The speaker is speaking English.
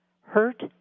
hurt